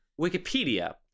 Wikipedia